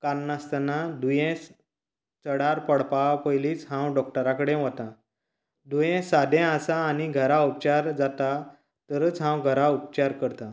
काडनासतना दुयेंस चडांर पडपा पयलीच हांव डॉक्टरां कडेन वता दुयेंस सादे आसा आनी घरां उपचार जाता तरच हांव घरां उपचार करता